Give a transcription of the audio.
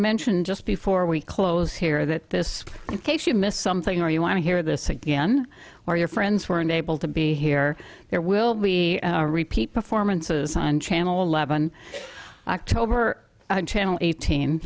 mention just before we close here that this case you missed something or you want to hear this again or your friends were unable to be here there will be a repeat performance of channel eleven october channel eighteen